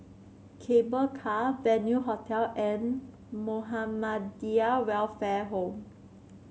Cable Car Venue Hotel and Muhammadiyah Welfare Home